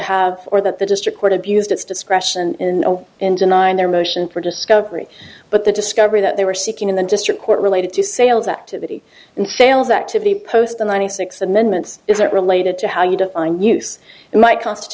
have or that the district court abused its discretion in denying their motion for discovery but the discovery that they were seeking in the district court related to sales activity and sales activity post the ninety six amendments isn't related to how you define use it might const